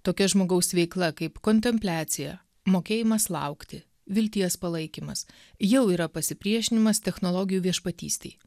tokia žmogaus veikla kaip kontempliacija mokėjimas laukti vilties palaikymas jau yra pasipriešinimas technologijų viešpatystei